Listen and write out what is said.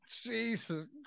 Jesus